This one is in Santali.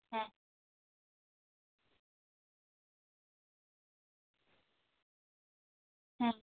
ᱦᱮᱸ ᱦᱮᱸ